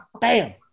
Bam